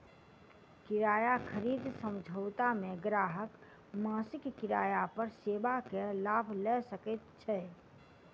किराया खरीद समझौता मे ग्राहक मासिक किराया पर सेवा के लाभ लय सकैत छै